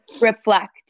reflect